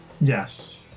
Yes